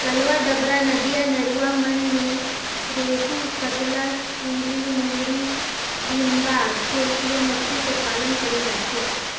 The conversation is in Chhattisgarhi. तलवा डबरा, नदिया नरूवा मन में रेहू, कतला, सूइली, मोंगरी, भुंडा, तेलपिया मछरी कर पालन करल जाथे